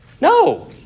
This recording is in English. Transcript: No